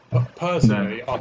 personally